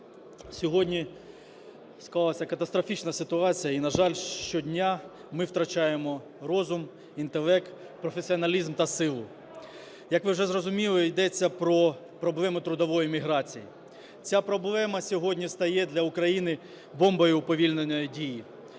Сьогодні склалась катастрофічна ситуація і, на жаль, щодня ми втрачаємо розум, інтелект, професіоналізм та силу. Як ви вже зрозуміли, йдеться про проблему трудової міграції. Ця проблема сьогодні стає для України бомбою уповільненої дії,